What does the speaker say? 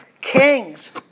Kings